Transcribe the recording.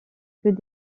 que